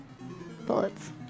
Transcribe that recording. bullets